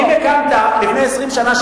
אם הקמת לפני 20 שנה,